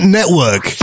Network